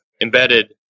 embedded